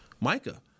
Micah